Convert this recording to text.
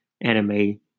anime